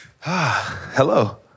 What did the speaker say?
Hello